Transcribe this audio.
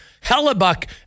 Hellebuck